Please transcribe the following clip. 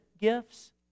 gifts